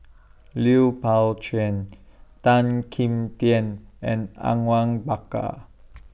Lui Pao Chuen Tan Kim Tian and Awang Bakar